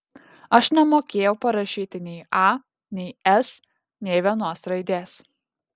aš nemokėjau parašyti nei a nei s nė vienos raidės